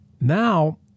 Now